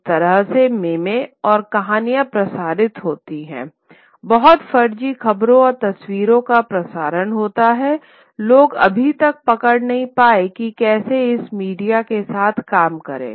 जिस तरह के मेमे और कहानियां प्रसारित होती हैं बहुत फर्जी खबरों और तस्वीरों का प्रसार होता है लोग अभी तक पकड़ नहीं पाए हैं कि कैसे इस मीडिया के साथ काम करें